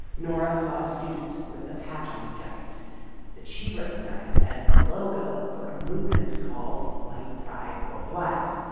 nora saw a student with a patch on his jacket that she recognized as a logo for a movement called white pride worldwide.